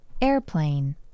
Airplane